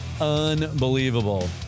unbelievable